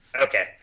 Okay